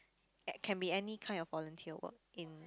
at can be any kind of volunteer work in